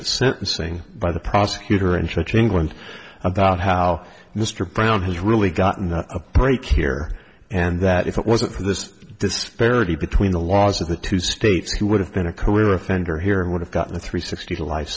at sentencing by the prosecutor in church england about how mr brown has really gotten a break here and that if it wasn't for this disparity between the laws of the two states who would have been a career offender here and would have gotten three sixty's a life